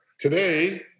Today